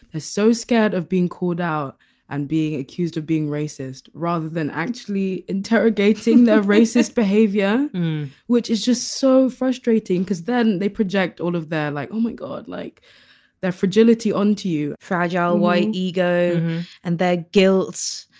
so scared of being called out and being accused of being racist rather than actually interrogating their racist behaviour which is just so frustrating because then they project all of them like oh my god like their fragility on to you fragile white ego and their guilt.